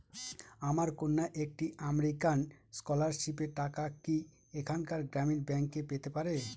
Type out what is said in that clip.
আমার কন্যা একটি আমেরিকান স্কলারশিপের টাকা কি এখানকার গ্রামীণ ব্যাংকে পেতে পারে?